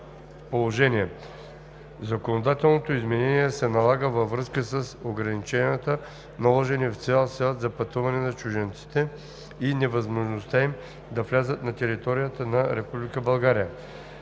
положение. Законодателното изменение се налага във връзка с ограниченията, наложени в цял свят за пътуване на чужденците и невъзможността им да влязат на територията на